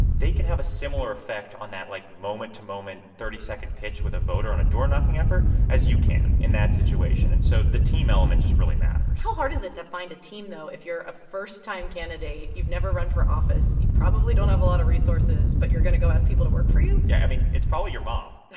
they can have a similar effect on that, like, moment-to-moment, thirty second pitch with a voter on a door-knocking effort as you can in that situation. and so the team element just really matters how hard is it to find a team, though, if you're a first-time candidate, you've never run for office, you probably don't have a lot of resources, but you're going to go ask people to work for you? yeah, i mean, it's probably your mom.